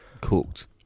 Cooked